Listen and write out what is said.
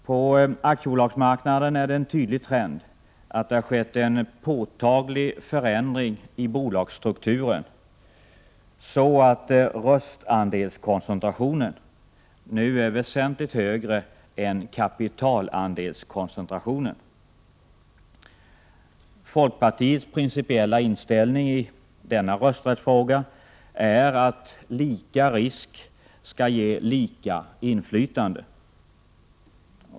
På aktiebolagsmarknaden är det en tydlig trend att det skett en påtaglig förändring i bolagsstrukturen så att röstandelskoncentrationen nu är väsentligt högre än kapitalandelskoncentrationen. Folkpartiets principiella inställning i denna rösträttsfråga är att lika risk skall ge lika inflytande.